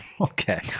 Okay